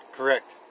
Correct